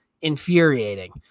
infuriating